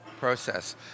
process